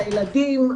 לילדים,